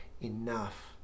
enough